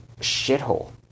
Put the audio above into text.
shithole